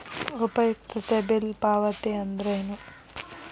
ಉಪಯುಕ್ತತೆ ಬಿಲ್ ಪಾವತಿ ಅಂದ್ರೇನು?